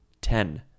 Ten